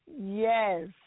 Yes